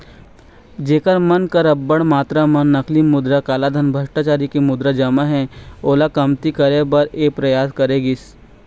जेखर मन कर अब्बड़ मातरा म नकली मुद्रा, कालाधन, भस्टाचारी के मुद्रा जमा हे ओला कमती करे बर ये परयास करे गिस